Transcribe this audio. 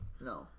no